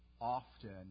often